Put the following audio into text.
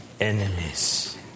enemies